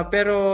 Pero